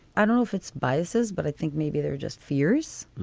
i don't know if it's biases, but i think maybe they're just fears.